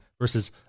Versus